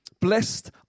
Blessed